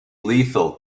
lethal